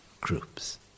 groups